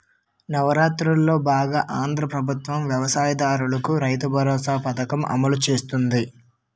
నవరత్నాలలో బాగంగా ఆంధ్రా ప్రభుత్వం వ్యవసాయ దారులకు రైతుబరోసా పథకం అమలు చేస్తుంది